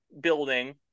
building